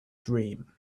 dream